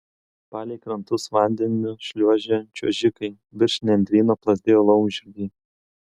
palei krantus vandeniu šliuožė čiuožikai virš nendryno plazdėjo laumžirgiai